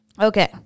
Okay